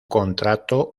contrato